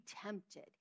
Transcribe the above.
tempted